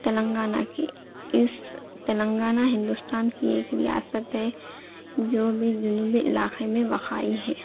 تلنگانہ کی اس تلنگانہ ہندوستان کی ایک ریاست ہے جو بھی جنوبی علاقے میں واقعی ہے